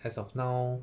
as of now